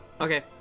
Okay